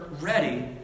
ready